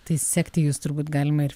tai sekti jus turbūt galima ir